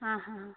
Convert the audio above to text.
ആ ആ ആ